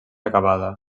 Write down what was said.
acabada